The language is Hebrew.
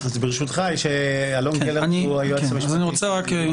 ברשותך, אלון גלרט הוא היועץ המשפטי.